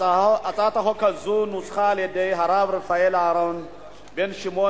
הצעת החוק הזאת נוסחה על-ידי הרב רפאל אהרן בן-שמעון,